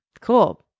Cool